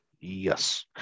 yes